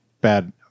Bad